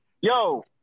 yo